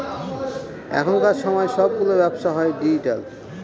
এখনকার সময় সবগুলো ব্যবসা হয় ডিজিটাল